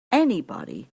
anybody